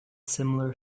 similar